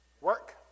Work